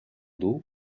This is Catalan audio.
dur